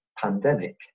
pandemic